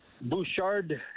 Bouchard